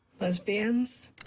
Lesbians